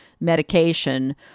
medication